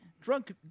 drunk